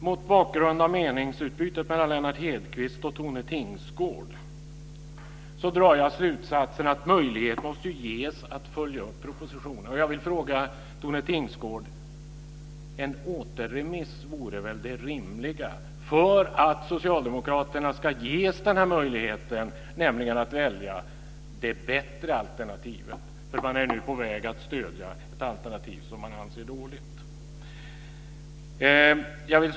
Mot bakgrund av meningsutbytet mellan Lennart Hedquist och Tone Tingsgård drar jag slutsatsen att möjlighet måste ges att följa upp propositionen. Jag vill fråga Tone Tingsgård om inte en återremiss vore det rimliga för att Socialdemokraterna ska ges möjlighet att välja det bättre alternativet. Nu är man på väg att stödja ett alternativ som man anser dåligt. Fru talman!